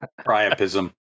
Priapism